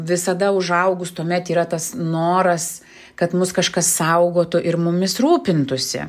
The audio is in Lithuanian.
visada užaugus tuomet yra tas noras kad mus kažkas saugotų ir mumis rūpintųsi